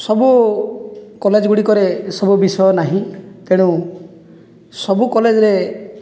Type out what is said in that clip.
ସବୁ କଲେଜଗୁଡ଼ିକରେ ସବୁ ବିଷୟ ନାହିଁ ତେଣୁ ସବୁ କଲେଜରେ